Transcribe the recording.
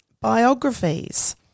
biographies